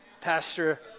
Pastor